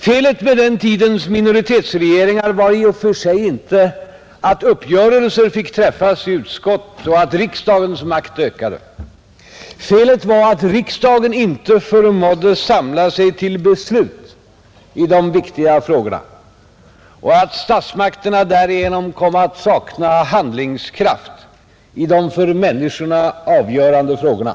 Felet med den tidens minoritetsregeringar var i och för sig inte att uppgörelser fick träffas i utskott och att riksdagens makt ökade. Felet var att riksdagen inte förmådde samla sig till beslut i viktiga ärenden och att statsmakterna därigenom kom att sakna handlingskraft i de för människorna avgörande frågorna.